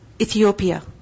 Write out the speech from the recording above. Ethiopia